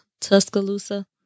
Tuscaloosa